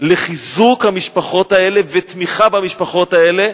בחיזוק המשפחות האלה ותמיכה במשפחות האלה,